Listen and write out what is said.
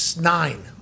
nine